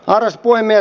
arvoisa puhemies